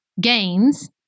gains